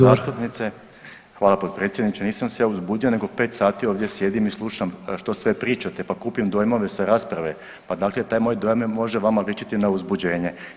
zastupnice, hvala potpredsjedniče, nisam se ja uzbudio nego 5 sati ovdje sjedim i slušam što sve pričate pa kupim dojmove sa rasprave, pa dakle taj moj dojam može vama ličiti na uzbuđenje.